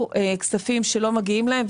שקיבלו כספים שלא מגיעים להם,